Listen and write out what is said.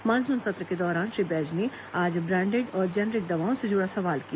monsoon सत्र के दौरान श्री बैज ने आज ब्रांडेड और जेनेरिक दवाओं से जुड़ा सवाल किया